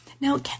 Now